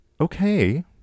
okay